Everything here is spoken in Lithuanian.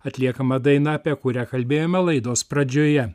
atliekama daina apie kurią kalbėjome laidos pradžioje